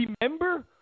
remember